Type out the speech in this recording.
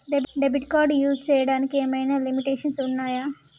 Debit card use చేయడానికి ఏమైనా limitations ఉన్నాయా?